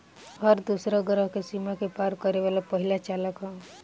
हर दूसरा ग्रह के सीमा के पार करे वाला पहिला चालक ह